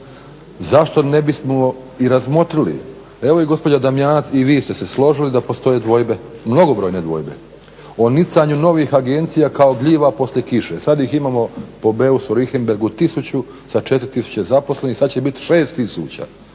Zašto ne bismo i razmotrili. Evo i gospođa Damjanac i vi ste se složili da postoje dvojbe, mnogobrojne dvojbe o nicanju novih agencija kao gljiva poslije kiše. Sad ih imamo po Beusu Richemberghu 1000 sa 4000 zaposlenih, sad će biti 6000 za